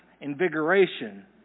invigoration